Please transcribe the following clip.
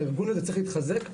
הארגון הזה צריך להתחזק,